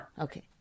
Okay